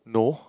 no